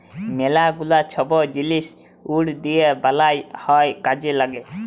ম্যালা গুলা ছব জিলিস উড দিঁয়ে বালাল হ্যয় কাজে ল্যাগে